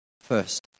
first